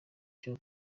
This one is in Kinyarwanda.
byo